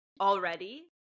already